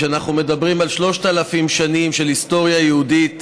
שאנחנו מדברים על 3,000 שנים של היסטוריה יהודית